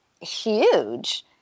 huge